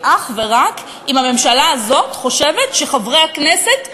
אך ורק אם הממשלה הזאת חושבת שחברי הכנסת מטומטמים.